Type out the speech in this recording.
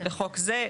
לחוק זה,